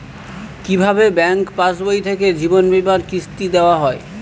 কি ভাবে ব্যাঙ্ক পাশবই থেকে জীবনবীমার কিস্তি দেওয়া হয়?